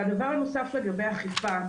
והדבר הנוסף לגבי אכיפה,